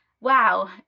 Wow